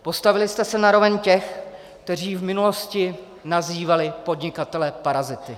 Postavili jste se na roveň těch, kteří v minulosti nazývali podnikatele parazity.